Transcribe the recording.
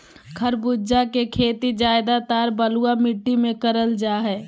खरबूजा के खेती ज्यादातर बलुआ मिट्टी मे करल जा हय